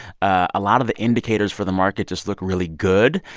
a lot of the indicators for the market just look really good.